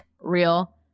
real